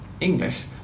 English